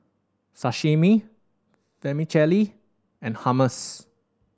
Sashimi Vermicelli and Hummus